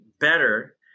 better